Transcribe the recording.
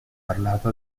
parlato